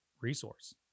resource